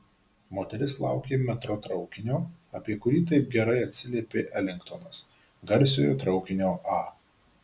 moteris laukė metro traukinio apie kurį taip gerai atsiliepė elingtonas garsiojo traukinio a